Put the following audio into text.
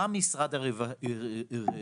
בא משרד הרווחה,